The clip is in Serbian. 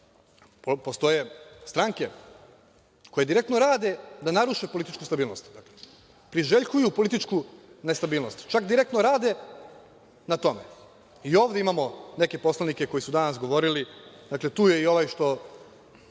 postoje stranke koje direktno rade da naruše političku stabilnost, priželjkuju političku nestabilnost, čak direktno rade na tome. I ovde imamo neke poslanike koji su danas govorili. Tu je i ovaj što